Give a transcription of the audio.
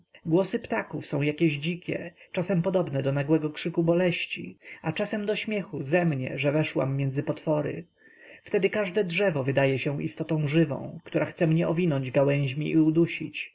głosy ptaków są jakieś dzikie czasem podobne do nagłego krzyku boleści a czasem do śmiechu ze mnie że weszłam między potwory wtedy każde drzewo wydaje mi się istotą żywą która chce mnie owinąć gałęźmi i udusić